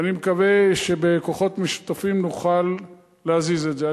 ואני מקווה שבכוחות משותפים נוכל להזיז את זה.